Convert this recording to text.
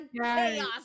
chaos